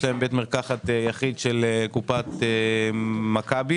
להם בית מרקחת יחיד של קופת חולים מכבי